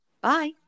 bye